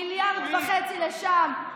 מיליארד וחצי לשם,